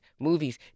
movies